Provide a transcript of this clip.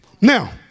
Now